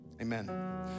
Amen